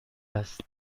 است